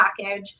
package